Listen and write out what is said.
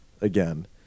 again